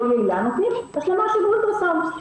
יעילה נותנים השלמה של אולטראסאונד,